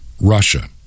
Russia